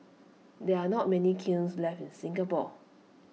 there are not many kilns left in Singapore